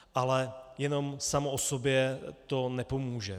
Ale jenom samo o sobě to nepomůže.